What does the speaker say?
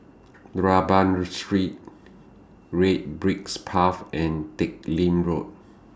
Rambau Street Red Bricks Path and Teck Lim Road